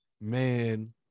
man